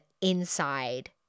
inside